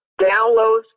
downloads